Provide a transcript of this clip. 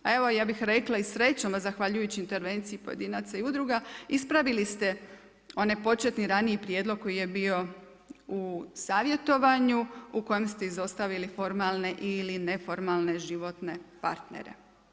A evo ja bih rekla i srećom a zahvaljujući intervenciji pojedinaca i udruga ispravili ste onaj početni raniji prijedlog koji je bio u savjetovanju u kojem ste izostavili formalne ili neformalne životne partnere.